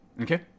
Okay